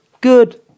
good